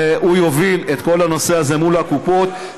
והוא יוביל את כל הנושא הזה מול הקופות,